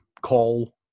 call